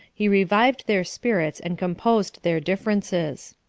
he revived their spirits, and composed their differences.